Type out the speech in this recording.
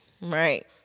Right